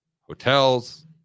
hotels